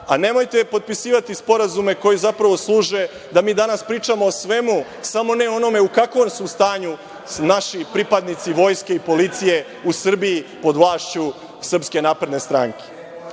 a nemojte potpisivati sporazume koji zapravo služe da mi danas pričamo o svemu, samo ne o onome u kakvom su stanju naši pripadnici vojske i policije u Srbiji pod vlašću SNS.Ili, recimo oblast